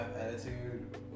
attitude